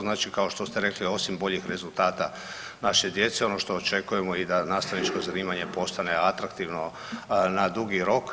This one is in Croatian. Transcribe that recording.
Znači kao što ste rekli osim boljih rezultata naše djece ono što očekujemo i da nastavničko zanimanje postane atraktivno na dugi rok.